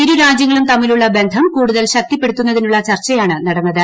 ഇരു രാജ്യങ്ങളും തമ്മിലുള്ള ബന്ധം കൂടുതൽ ശക്തിപ്പെടുത്തുന്നതിനുള്ള ചർച്ചയാണ് നടന്നത്